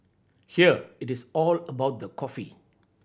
here it is all about the coffee